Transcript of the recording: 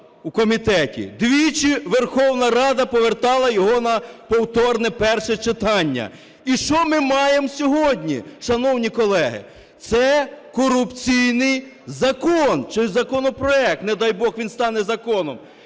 у комітеті. Двічі Верховна Рада повертала його на повторне перше читання. І що ми маємо сьогодні, шановні колеги? Це корупційний закон чи законопроект, не дай Бог, він стане законом.